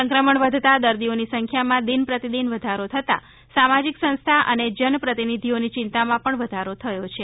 સંક્રમણ વધતા દર્દીઓની સંખ્યામાં દિન પ્રતિદિન વધારો થતાં સામાજિક સંસ્થા અને જન પ્રતિનિધિ ઓની ચિંતામાં પણ વધારો થયો છે